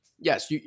Yes